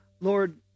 Lord